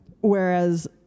Whereas